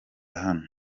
hano